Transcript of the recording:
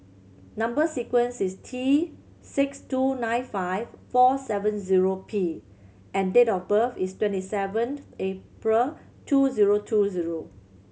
number sequence is T six two nine five four seven zero P and date of birth is twenty sevened April two zero two zero